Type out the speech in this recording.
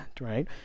right